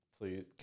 Please